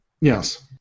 Yes